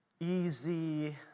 easy